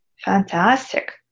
Fantastic